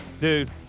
Dude